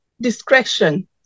discretion